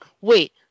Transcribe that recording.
Wait